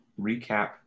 recap